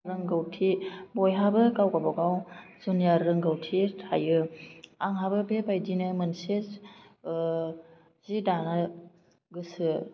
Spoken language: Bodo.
रोंगौथि बयहाबो गाव गाबागाव जुनिया रोंगौथि थायो आंहाबो बेबायदिनो मोनसे जि दानो गोसो